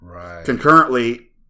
Concurrently